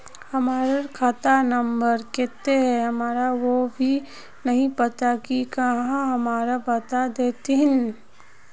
हमर खाता नम्बर केते है हमरा वो भी नहीं पता की आहाँ हमरा बता देतहिन?